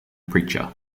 preacher